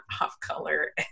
off-color